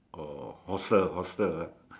oh hostel hostel ah